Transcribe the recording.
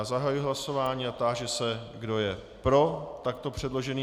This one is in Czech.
Zahajuji hlasování a táži se, kdo je pro takto předložený návrh.